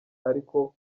ariko